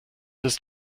ist